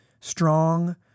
strong